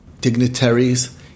dignitaries